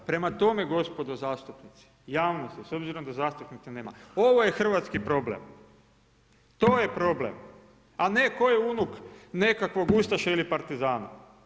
Prema tome, gospodo zastupnici, javnosti, s obzirom da zastupnika nema, ovo je hrvatski problem, to je problem, a ne tko je unuk nekakvog ustaše ili partizana.